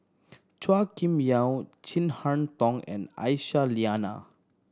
Chua Kim Yeow Chin Harn Tong and Aisyah Lyana